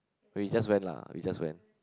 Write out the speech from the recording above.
we just went lah we just went